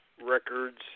records